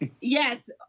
Yes